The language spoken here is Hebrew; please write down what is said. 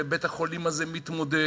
בית-החולים הזה מתמודד.